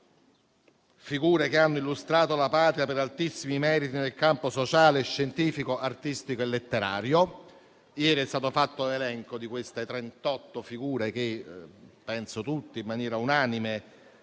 che abbiano illustrato la Patria per altissimi meriti nel campo sociale, scientifico, artistico e letterario. Ieri è stato fatto l'elenco di queste 38 figure, che penso tutti, in maniera unanime,